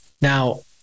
Now